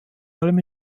allem